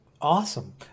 Awesome